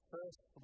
First